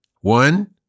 One